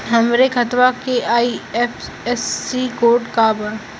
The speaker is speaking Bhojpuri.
हमरे खतवा के आई.एफ.एस.सी कोड का बा?